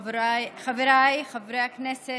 חבריי חברי הכנסת,